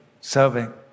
serving